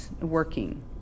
working